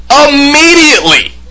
immediately